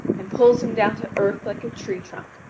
and pulls him down to earth like a tree-trunk.